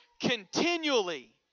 continually